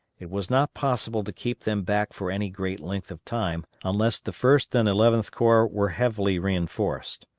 it was not possible to keep them back for any great length of time unless the first and eleventh corps were heavily reinforced.